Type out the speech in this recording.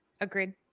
Agreed